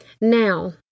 Now